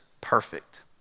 perfect